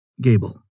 Gable